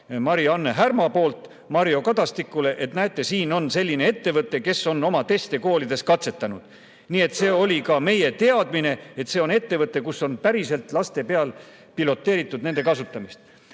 Mari-Anne Härma ka Mario Kadastikule, et näete, siin on selline ettevõte, kes on oma teste koolides katsetanud. Nii et see oli ka meie teadmine, et see on ettevõte, kus on päriselt laste peal piloteeritud nende kasutamist."